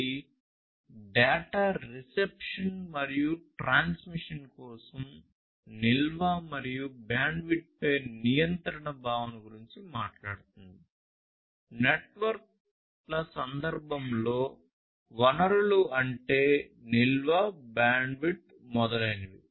ఇది data reception మరియు transmission కోసం నిల్వ మరియు బ్యాండ్విడ్త్ పై నియంత్రణ భావన గురించి మాట్లాడుతుంది నెట్వర్క్ల సందర్భంలో వనరులు అంటే నిల్వ బ్యాండ్విడ్త్ మొదలైనవి